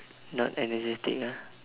not energetic ah